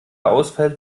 ausfällt